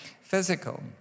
physical